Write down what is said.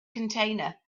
container